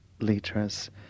litres